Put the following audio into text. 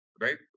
right